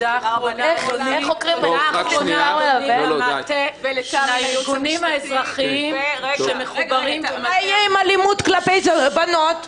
תודה אחרונה לארגונים האזרחיים -- מה יהיה עם אלימות כלפי בנות?